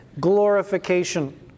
glorification